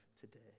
today